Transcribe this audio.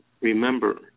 remember